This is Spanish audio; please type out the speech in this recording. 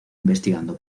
investigando